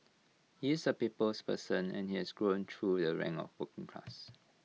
he is A people's person and he has grown through the rank of working class